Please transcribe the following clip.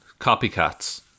copycats